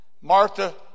Martha